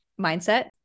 mindset